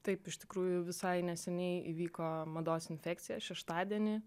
taip iš tikrųjų visai neseniai įvyko mados infekcija šeštadienį